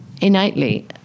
innately